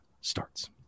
starts